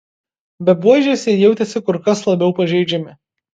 be buožės jie jautėsi kur kas labiau pažeidžiami